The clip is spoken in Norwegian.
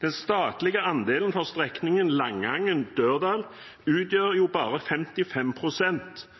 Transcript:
Den statlige andelen for strekningen Langangen–Dørdal utgjør jo bare 55 pst.,